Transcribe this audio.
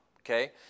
Okay